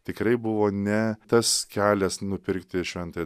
tikrai buvo ne tas kelias nupirkti šventąją